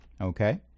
Okay